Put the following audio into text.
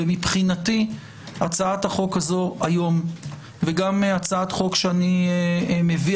מבחינתי הצעת החוק הזו היום וגם הצעת החוק שאני מביא